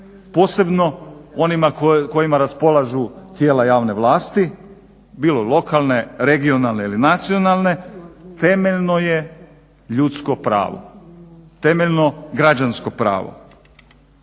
posebno onima kojima raspolažu tijela javne vlasti bilo lokalne, regionalne ili nacionalne temeljno je ljudsko pravo, temeljno građansko pravo.